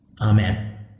Amen